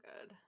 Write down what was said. good